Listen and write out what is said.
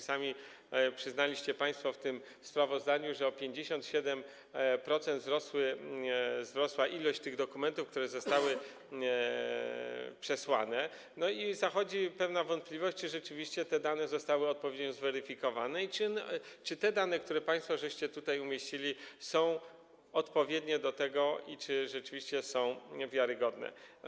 Sami przyznaliście państwo w tym sprawozdaniu, że o 57% wzrosła ilość tych dokumentów, które zostały przesłane, i zachodzi pewna wątpliwość, czy rzeczywiście te dane zostały odpowiednio zweryfikowane i czy te dane, które państwo tutaj umieściliście, są odpowiednie do tego i czy rzeczywiście są wiarygodne.